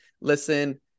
listen